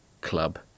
club